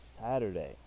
Saturday